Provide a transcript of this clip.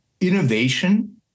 innovation